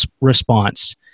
response